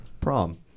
prom